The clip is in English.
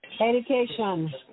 Education